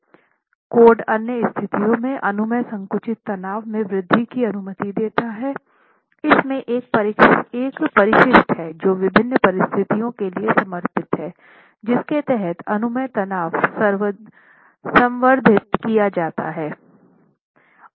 code अन्य स्थितियों में अनुमेय संकुचित तनाव में वृद्धि की अनुमति देता है इसमे एक परिशिष्ट है जो विभिन्न परिस्थितियों के लिए समर्पित है जिसके तहत अनुमेय तनाव संवर्धित किया जा सकता है